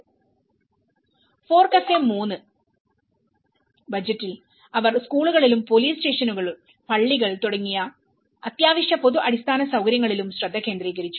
ഫോർകഫേ 3 ബജറ്റിൽ അവർ സ്കൂളുകളിലും പോലീസ് സ്റ്റേഷനുകൾ പള്ളികൾ തുടങ്ങിയ അത്യാവശ്യ പൊതു അടിസ്ഥാന സൌകര്യങ്ങളിലും ശ്രദ്ധ കേന്ദ്രീകരിച്ചു